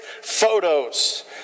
photos